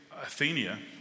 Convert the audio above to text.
Athenia